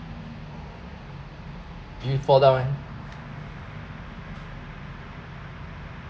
did you fall down eh